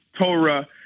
Torah